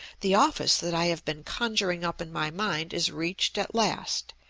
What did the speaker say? the office that i have been conjuring up in my mind is reached at last,